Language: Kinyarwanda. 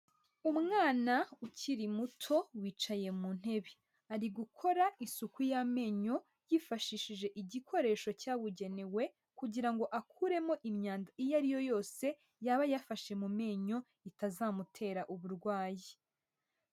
Umwana ukiri muto wicaye mu ntebe ari gukora isuku y'amenyo yifashishije igikoresho cyabugenewe kugira ngo akuremo imyanda iyo ariyo yose yaba yafashe mu menyo itazamutera uburwayi.